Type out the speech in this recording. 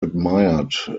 admired